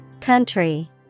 Country